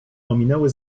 ominęły